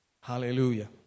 Hallelujah